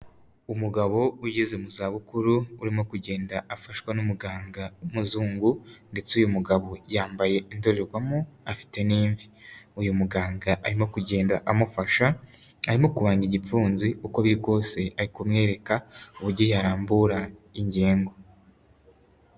Umugabo ugeze mu za bukuru urimo kugenda afashwa n'umuganga w'umuzungu ndetse uyu mugabo yambaye indorerwamo afite n'iMvi. Uyu muganga arimo kugenda amufasha arimo kubanga igipfunsi uko biri kose ari kumwereka uburyo yarambura ingengo.